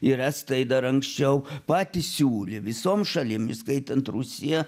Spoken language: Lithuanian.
ir estai dar anksčiau patys siūlė visom šalim įskaitant rusiją